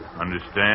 Understand